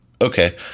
Okay